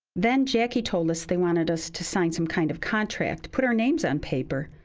then jackie told us they wanted us to sign some kind of contract, put our names on paper.